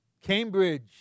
Cambridge